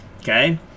Okay